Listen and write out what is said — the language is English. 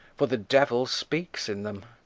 for the devil speaks in them.